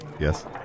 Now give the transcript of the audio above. Yes